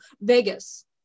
Vegas